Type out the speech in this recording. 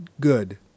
good